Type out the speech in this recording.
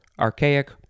archaic